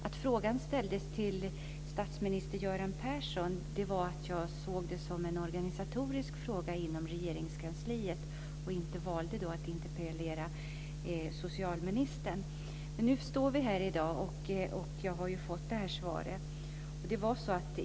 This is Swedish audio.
Att frågan ställdes till statsminister Göran Persson beror på att jag såg det som en organisatorisk fråga inom Regeringskansliet, och inte valde att interpellera socialministern. Nu har jag fått det här svaret.